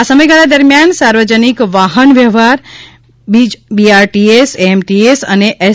આ સમયગાળા દરમિયાન સાર્વજનિક વાહન વ્યવહાર બીજઆરટીએસ એએમટીએસ અને એસ